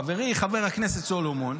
חברי חבר הכנסת סולומון,